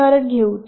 हे उदाहरण घेऊ